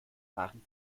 fahren